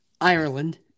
Ireland